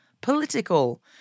political